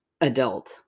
adult